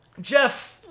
Jeff